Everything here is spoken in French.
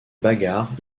bagarre